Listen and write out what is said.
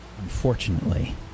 Unfortunately